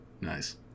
Nice